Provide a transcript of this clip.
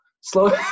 slow